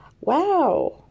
Wow